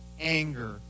anger